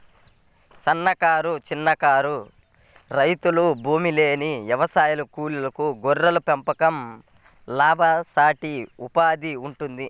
సన్నకారు, చిన్నకారు రైతులు, భూమిలేని వ్యవసాయ కూలీలకు గొర్రెల పెంపకం లాభసాటి ఉపాధిగా ఉంటుంది